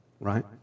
right